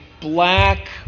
black